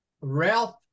Ralph